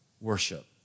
worship